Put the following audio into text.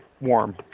warm